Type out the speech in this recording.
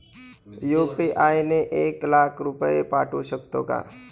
UPI ने एक लाख रुपये पाठवू शकतो का?